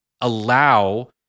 allow